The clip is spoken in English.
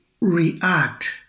react